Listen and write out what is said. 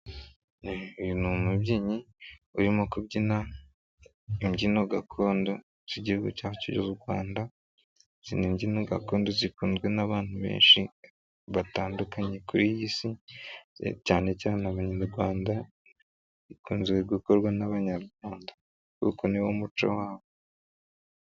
Uyu n'umubyinnyi urimo kubyina ibyino gakondo z'igihugu cyacu cy'u Rwanda. Izi n'ibyino gakondo zikunzwe n'abantu benshi batandukanye kuri iy'isi cyane cyane abanyarwanda zikunze gukorwa n'abanyarwanda kuko niwo muco wabo.